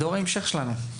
דור ההמשך שלנו.